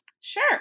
Sure